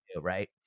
right